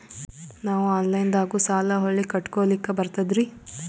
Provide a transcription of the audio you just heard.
ನಾವು ಆನಲೈನದಾಗು ಸಾಲ ಹೊಳ್ಳಿ ಕಟ್ಕೋಲಕ್ಕ ಬರ್ತದ್ರಿ?